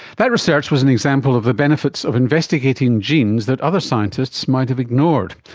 that research was an example of the benefits of investigating genes that other scientists might have ignored.